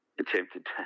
attempted